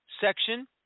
section